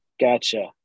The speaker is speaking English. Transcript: gotcha